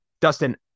Dustin